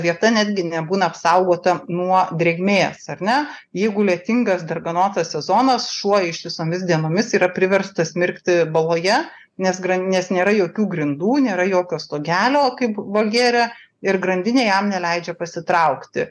vieta netgi nebūna apsaugota nuo drėgmės ar ne jeigu lietingas darganotas sezonas šuo ištisomis dienomis yra priverstas mirkti baloje nes grandinės nėra jokių grindų nėra jokio stogelio kaip voljere ir grandinė jam neleidžia pasitraukti